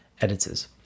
editors